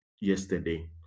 yesterday